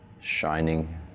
shining